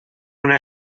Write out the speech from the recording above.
una